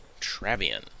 Travian